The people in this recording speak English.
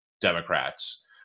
Democrats